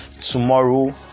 tomorrow